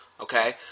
okay